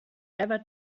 ever